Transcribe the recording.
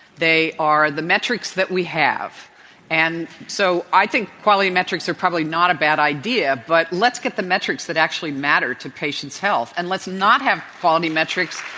they are the metrics that we have and so i think quality metrics are probably not a bad idea, but let's get the metrics that actually matter to patients' health and let's not have quality metrics